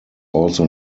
also